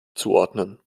zuordnen